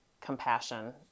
compassion